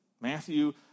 Matthew